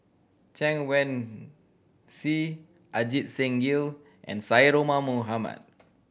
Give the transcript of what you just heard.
Chen Wen Hsi Ajit Singh Gill and Syed Omar Mohamed